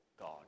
God